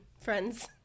friends